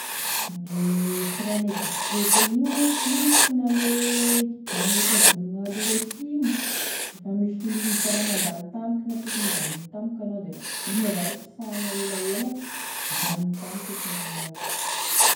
Gne freinne bisikileta igny monko igny monko sy ame guidon ame tazomigny aloha ety igny, lefa misy olo igny hitanao mandalo tampoky na tokony izanogny tampoky anao da igny avao e pisainao elaela da mizanogny tampoky e pneu anao.